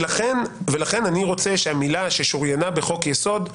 לכן אני רוצה שהמילה "ששוריינה בחוק יסוד"